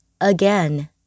again